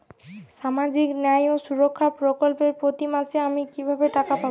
সামাজিক ন্যায় ও সুরক্ষা প্রকল্পে প্রতি মাসে আমি কিভাবে টাকা পাবো?